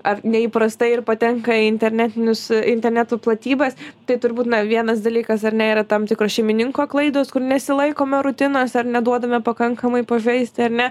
ar neįprastai ir patenka į internetinius internetų platybes tai turbūt na vienas dalykas ar ne yra tam tikros šeimininko klaidos kur nesilaikome rutinos ar neduodame pakankamai pažaisti ar ne